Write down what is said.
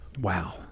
Wow